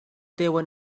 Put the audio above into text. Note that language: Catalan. deuen